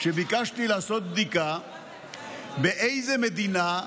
שביקשתי לעשות בדיקה באיזו מדינה,